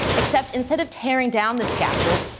except instead of tearing down the scaffold,